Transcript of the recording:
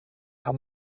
how